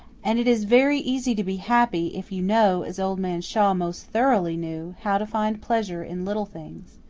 and it is very easy to be happy if you know, as old man shaw most thoroughly knew, how to find pleasure in little things.